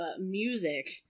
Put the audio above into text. music